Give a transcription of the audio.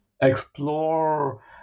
explore